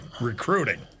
recruiting